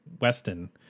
Weston